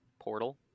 portal